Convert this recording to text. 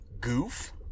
Goof